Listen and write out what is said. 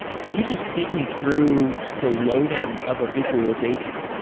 could you just take me through the loading of a visualization?